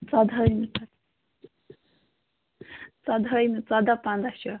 ژۄدٲہمہِ ژۄدٲہمہِ ژۄدہ پَنٛدہ چھُ